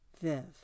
Viv